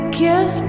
kiss